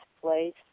place